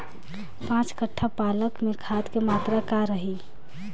पाँच कट्ठा पालक में खाद के मात्रा का रही?